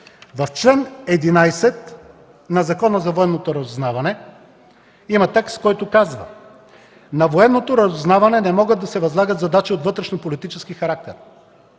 в чл. 11 на Закона за военното разузнаване има текст, който казва: „На военно разузнаване не могат да се възлагат задачи от вътрешнополитически характер.